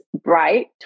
bright